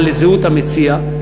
אלא לזהות המציע,